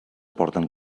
porten